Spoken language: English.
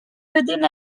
within